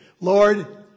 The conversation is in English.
Lord